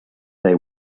they